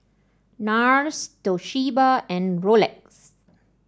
NARS Toshiba and Rolex